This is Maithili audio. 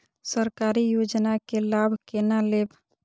सरकारी योजना के लाभ केना लेब?